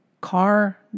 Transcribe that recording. car